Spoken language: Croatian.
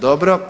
Dobro.